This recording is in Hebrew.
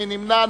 מי נמנע?